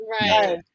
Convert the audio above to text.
Right